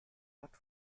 hat